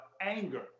anger